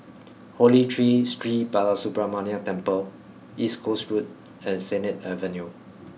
Holy Tree Sri Balasubramaniar Temple East Coast Road and Sennett Avenue